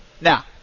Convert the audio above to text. now